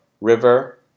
River